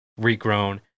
regrown